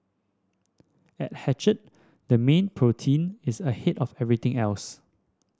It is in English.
at Hatched the mean protein is ahead of everything else